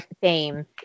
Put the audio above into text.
fame